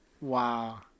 Wow